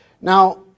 Now